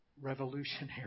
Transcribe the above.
revolutionary